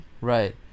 Right